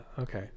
okay